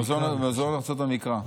במוזיאון ארצות המקרא.